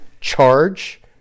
charge